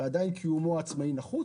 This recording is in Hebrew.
ועדיין קיומו העצמאי נחוץ.